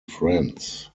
friends